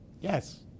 Yes